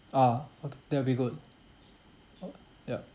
ah okay that would be good o~ yup